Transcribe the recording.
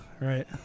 Right